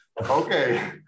Okay